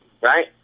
Right